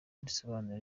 risobanura